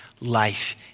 life